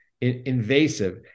invasive